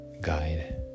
guide